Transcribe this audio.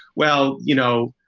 well, you know,